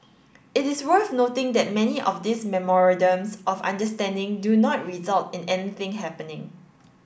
it is worth noting that many of these memorandums of understanding do not result in anything happening